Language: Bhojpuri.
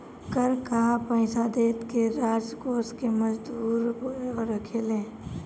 कर कअ पईसा देस के राजकोष के मजबूत रखेला